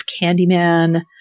Candyman